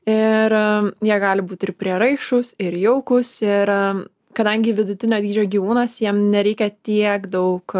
ir jie gali būt ir prieraišūs ir jaukūs ir kadangi vidutinio dydžio gyvūnas jam nereikia tiek daug